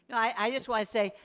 i just want to say,